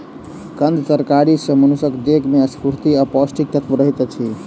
कंद तरकारी सॅ मनुषक देह में स्फूर्ति आ पौष्टिक तत्व रहैत अछि